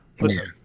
listen